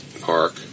Park